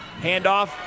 handoff